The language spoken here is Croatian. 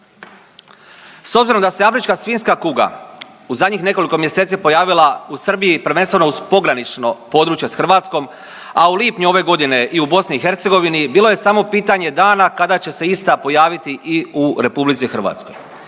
S obzirom da se afrička svinjska kuga u zadnjih nekoliko mjeseci pojavila u Srbiji prvenstveno uz pogranično područje s Hrvatskom, a u lipnju ove godine i u BiH bilo je samo pitanje dana kada će se ista pojaviti i u RH.